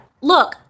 Look